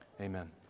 Amen